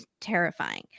terrifying